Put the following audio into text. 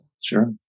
Sure